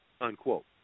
unquote